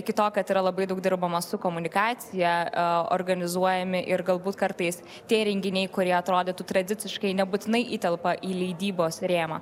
iki to kad yra labai daug dirbama su komunikacija organizuojami ir galbūt kartais tie renginiai kurie atrodytų tradiciškai nebūtinai įtelpa į leidybos rėmą